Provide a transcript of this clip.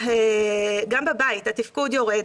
גם בבית, התפקוד יורד.